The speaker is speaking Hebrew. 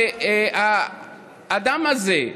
והאדם הזה,